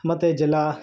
ಮತ್ತು ಜಲ